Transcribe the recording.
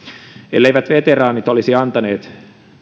elleivät veteraanit olisi antaneet